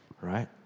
right